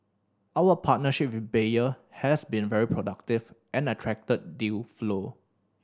our partnership with Bayer has been very productive and attracted deal flow